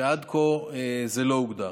שעד כה זה לא הוגדר,